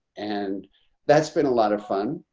and that's been a lot of fun.